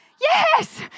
Yes